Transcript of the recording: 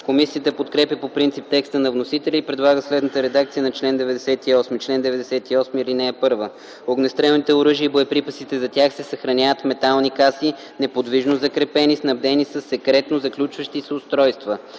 Комисията подкрепя по принцип текста на вносителя и предлага следната редакция на чл. 98: „Чл. 98. (1) Огнестрелните оръжия и боеприпасите за тях се съхраняват в метални каси, неподвижно закрепени, снабдени със секретно заключващи се устройства.